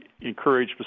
encourage